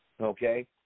Okay